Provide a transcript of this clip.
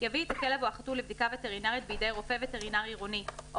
יביא את הכלב או החתול לבדיקה וטרינרית בידי רופא וטרינר עירוני או